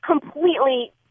completely